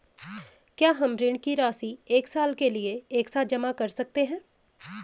क्या हम ऋण की राशि एक साल के लिए एक साथ जमा कर सकते हैं?